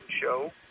Show